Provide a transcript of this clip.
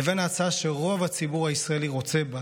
לבין ההצעה שרוב הציבור הישראלי רוצה בה,